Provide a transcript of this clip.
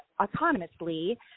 autonomously